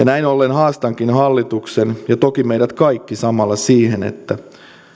näin ollen haastankin hallituksen ja toki meidät kaikki samalla siihen että